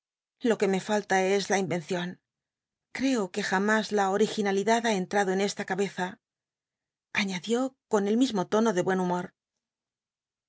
lo que me falta es la imencion creo que jamas la originalidad ha entrado en e ta cabeza aiiadió con el mismo tono de buen humor